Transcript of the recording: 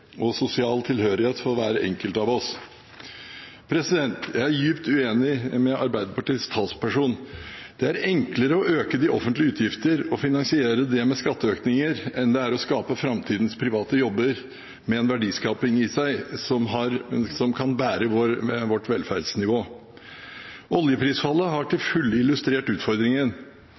og sosial tilhørighet for hver enkelt av oss. Jeg er dypt uenig med Arbeiderpartiets talsperson. Det er enklere å øke de offentlige utgiftene og finansiere det med skatteøkninger enn det er å skape framtidens private jobber med en verdiskapning i seg som kan bære vårt velferdsnivå. Oljeprisfallet har til fulle illustrert utfordringen.